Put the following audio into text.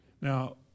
Now